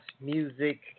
music